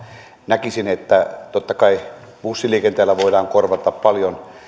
näkisin että totta kai bussiliikenteellä voidaan korvata paljon